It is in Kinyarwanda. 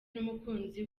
n’umukunzi